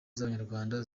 z’abanyarwanda